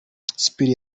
crispin